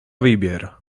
výběr